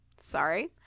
sorry